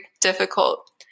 difficult